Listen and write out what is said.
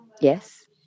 Yes